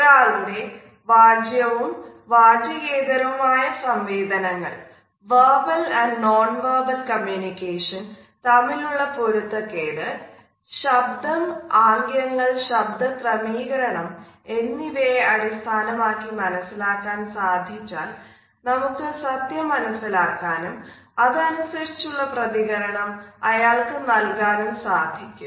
ഒരാളുടെ വാച്യവും വാചികേതരവും ആയ സംവേദനങ്ങൾ തമ്മിലുള്ള പൊരുത്തക്കേട് ശബ്ദം ആംഗ്യങ്ങൾ ശബ്ദ ക്രമീകരണം എന്നിവയെ അടിസ്ഥാനമാക്കി മനസ്സിലാക്കാൻ സാധിച്ചാൽ നമുക്ക് സത്യം മനസ്സിലാക്കാനും അതനുസരിച്ചുള്ള പ്രതികരണം അയാൾക്ക് നൽകാനും സാധിക്കും